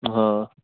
હા